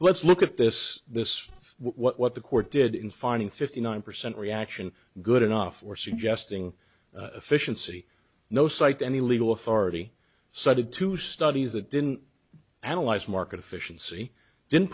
let's look at this this is what the court did in finding fifty nine percent reaction good enough or suggesting efficiency no cite any legal authority cited two studies that didn't analyze market efficiency didn't